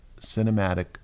cinematic